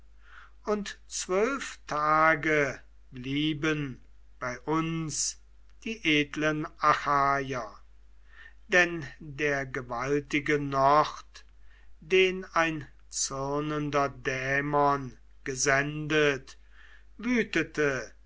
und zwölf tage blieben bei uns die edlen achaier denn der gewaltige nord den ein zürnender dämon gesendet wütete